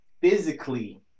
physically